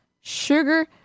sugar